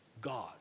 God